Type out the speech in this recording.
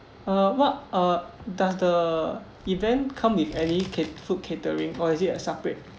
uh what uh does the event come with any cat~ food catering or is it a separate